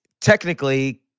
technically